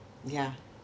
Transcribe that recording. yeah